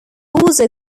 also